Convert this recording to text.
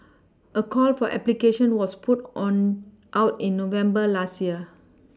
a call for application was put on out in November last year